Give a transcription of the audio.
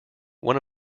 one